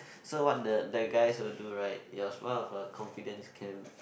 so what the the guys will do right it was part of a confidence camp